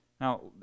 Now